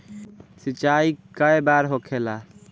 सिंचाई के बार होखेला?